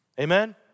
Amen